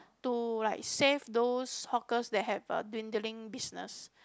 to like save those hawkers that have uh dwindling business